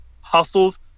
hustles